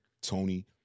Tony